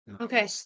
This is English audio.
Okay